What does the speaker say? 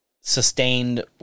sustained